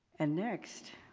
and next,